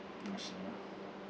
mostly ya